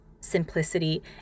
simplicity